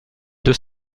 deux